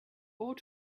ought